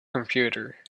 computer